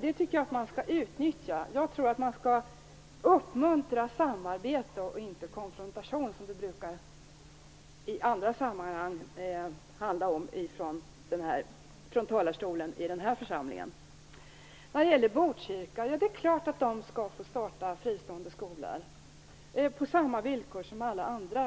Jag tycker att man skall utnyttja det, och man skall uppmuntra samarbete och inte konfrontation, som det i andra sammanhang brukar handla om i talarstolen i den här församlingen. Det är klart att de skall få starta fristående skolor i Botkyrka, på samma villkor som alla andra.